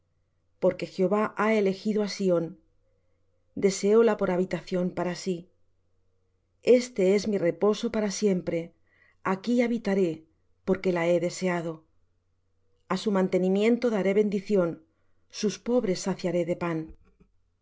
porque jehová ha elegido á sión deseóla por habitación para sí este es mi reposo para siempre aquí habitaré porque la he deseado a su mantenimiento daré bendición sus pobres saciaré de pan